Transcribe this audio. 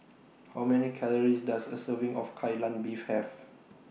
How Many Calories Does A Serving of Kai Lan Beef Have